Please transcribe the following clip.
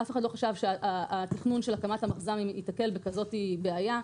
אף אחד לא חשב שהתכנון של הקמת המחז"מים תיתקל בכזאת בעיה.